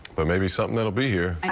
but maybe something that'll be here.